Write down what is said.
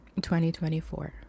2024